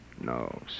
No